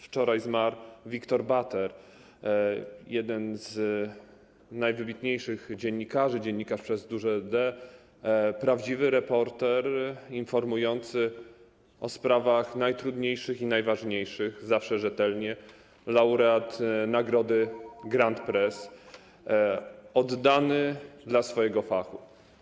Wczoraj zmarł Wiktor Bater, jeden z najwybitniejszych dziennikarzy, dziennikarz przez duże „D”, prawdziwy reporter, informujący o sprawach najtrudniejszych i najważniejszych, zawsze rzetelnie, laureat nagrody Grand Press, oddany swojemu fachowi.